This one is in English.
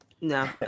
No